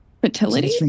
Fertility